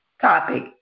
topic